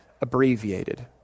abbreviated